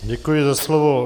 Děkuji za slovo.